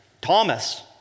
Thomas